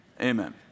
Amen